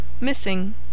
Missing